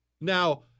Now